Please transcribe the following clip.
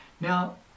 now